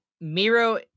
Miro